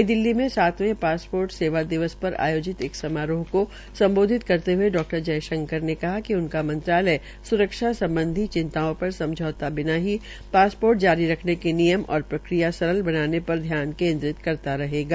नई दिल्ली में सातवें पासपोर्ट सेवा दिवस पर आयोजित एक समारोह को सम्बोधित करते हये डा जयशंकर ने कहा कि उनका मंत्रालय स्रक्षा सम्बधी चिंताओं पर समझौता किये बिना ही पासपोर्ट जारी करने के नियम और प्रक्रिया सरल बनाने पर ध्यान केन्द्रित करता रहेगा